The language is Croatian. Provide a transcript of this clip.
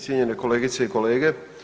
Cijenjene kolegice i kolege.